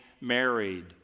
married